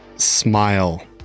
Smile